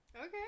Okay